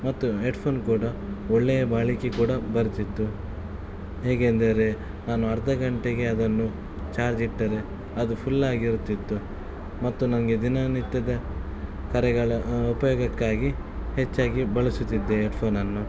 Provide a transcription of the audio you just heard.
ಮತ್ತು ಹೆಡ್ಫೋನ್ ಕೂಡ ಒಳ್ಳೆಯ ಬಾಳಿಕೆ ಕೂಡ ಬರ್ತಿತ್ತು ಹೇಗೆಂದರೆ ನಾನು ಅರ್ಧ ಗಂಟೆಗೆ ಅದನ್ನು ಚಾರ್ಜ್ ಇಟ್ಟರೆ ಅದು ಫುಲ್ ಆಗಿರುತ್ತಿತ್ತು ಮತ್ತು ನನಗೆ ದಿನನಿತ್ಯದ ಕರೆಗಳ ಉಪಯೋಗಕ್ಕಾಗಿ ಹೆಚ್ಚಾಗಿ ಬಳಸುತ್ತಿದ್ದೆ ಹೆಡ್ಫೋನನ್ನು